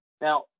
Now